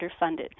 underfunded